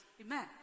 Amen